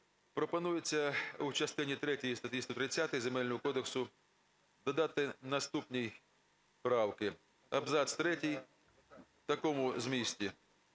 Пропонується у частині третій статті 130 Земельного кодексу додати наступні правки. Абзац третій такого змісту: